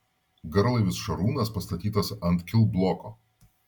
garlaivis šarūnas pastatytas ant kilbloko